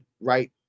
right